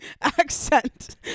accent